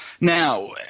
Now